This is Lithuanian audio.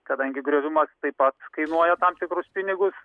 kadangi griovimas taip pat kainuoja tam tikrus pinigus